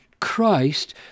Christ